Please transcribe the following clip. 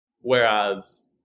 Whereas